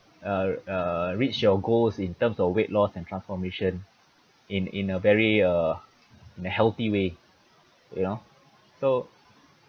uh uh reach your goals in terms of weight loss and transformation in in a very uh in a healthy way you know so